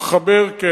כל חברי הכנסת שווים.